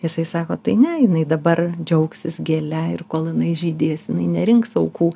jisai sako tai ne jinai dabar džiaugsis gėle ir kol jinai žydės jinai nerinks aukų